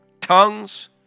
tongues